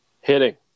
Hitting